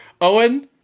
Owen